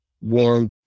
warm